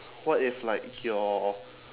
what if like you're